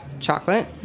chocolate